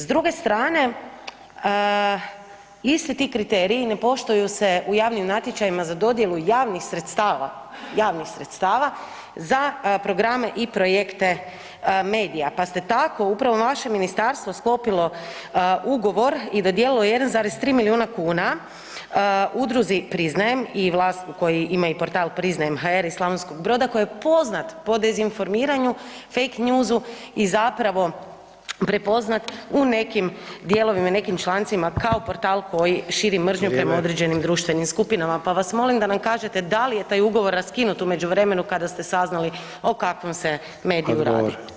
S druge strane, isti ti kriteriji ne poštuju se u javnim natječajima za dodjelu javnih sredstava za programe i projekte medija pa ste tako, upravo vaše ministarstvo sklopilo ugovor i dodijelilo 1,3 milijuna kuna udruzi Priznajem i vlast koji imaju portal Priznajem.hr iz Slavonskog Broda koji poznat po dezinformiranju, fake newsu i zapravo prepoznat u nekim dijelovima, nekim člancima kao portal koji širi mržnju prema određenim skupinama [[Upadica Sanader: Vrijeme.]] pa vas molim da nam kažete da li taj ugovor raskinut u međuvremenu kada ste saznali o kakvom se mediju radi?